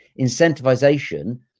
incentivization